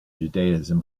judaism